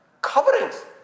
coverings